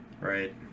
Right